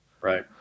right